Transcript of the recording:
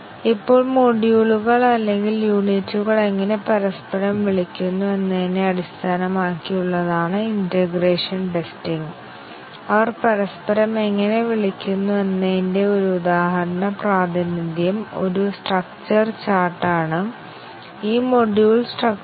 ഇപ്പോൾ X statement വ്യത്യസ്ത ബ്ലോക്കുകളിൽ ഉപയോഗിക്കുന്നുവെന്ന് കരുതുക ഞങ്ങൾക്ക് ധാരാളം ചെയ്നുകൾ ഉണ്ടാകും എന്നാൽ ഈ നിയന്ത്രണങ്ങൾ മറയ്ക്കാൻ ഞങ്ങൾക്ക് കുറച്ച് പാത്തുകൾ മാത്രമേ ആവശ്യമുള്ളൂ കാരണം വ്യത്യസ്ത കൺട്രോൾ ഫ്ലോ പാത്തുകളിൽ ഒന്നിലധികം ചെയിനുകൾ ഉണ്ടാകാം